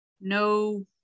No